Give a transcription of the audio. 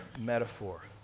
metaphor